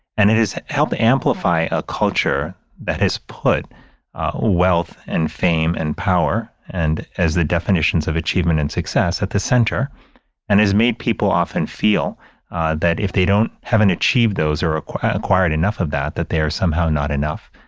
and it is helped amplify a culture that has put wealth and fame and power. and as the definitions of achievement and success at the center and has made people often feel that if they don't, haven't achieved those or acquired acquired enough of that, that they are somehow not enough.